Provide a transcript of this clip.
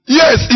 yes